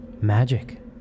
Magic